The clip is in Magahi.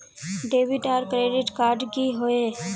डेबिट आर क्रेडिट कार्ड की होय?